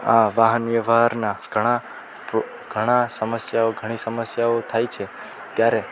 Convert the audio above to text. આ વાહન વ્યવહારના ઘણી ઘણી સમસ્યાઓ ઘણી સમસ્યાઓ થાય છે ત્યારે